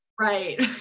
Right